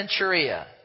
Centuria